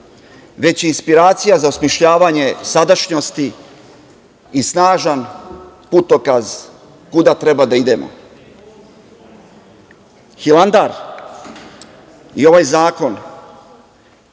već je inspiracija za osmišljavanje sadašnjosti i snažan putokaz kuda treba da idemo. Hilandar i ovaj zakon